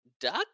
duck